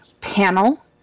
panel